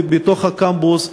ובקמפוס,